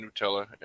Nutella